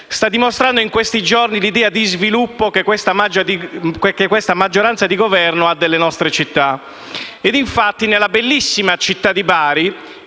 sta dimostrando in questi giorni l'idea di sviluppo che questa maggioranza di Governo ha delle nostre città. Infatti, nella bellissima città di Bari,